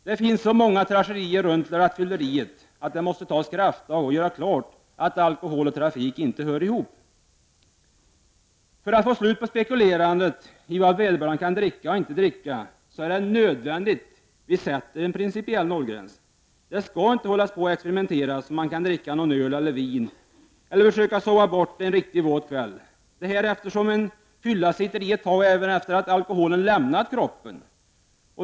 Det finns så många tragedier kring rattfylleriet att vi måste ta krafttag och göra klart att alkohol och trafik inte hör ihop. För att vi skall få slut på ett spekulerande i vad vederbörande kan dricka och inte dricka är det nödvändigt att vi sätter en principiell nollgräns. Människor skall inte hålla på och experimentera kring om de kan dricka öl eller vin eller kring att försöka sova bort en riktigt våt kväll, eftersom en fylla ”sitter i” ett tag efter det att alkoholen lämnat kroppen.